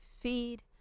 Feed